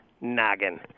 noggin